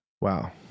Wow